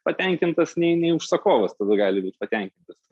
patenkintas nei nei užsakovas tada gali būt patenkintas